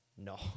No